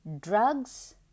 drugs